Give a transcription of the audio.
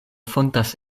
fontas